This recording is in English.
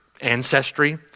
ancestry